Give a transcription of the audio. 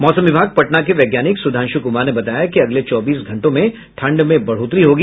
मौसम विभाग पटना के वैज्ञानिक सुधांशु कुमार ने बताया कि अगले चौबीस घंटों में ठंड में बढ़ोतरी होगी